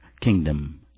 kingdom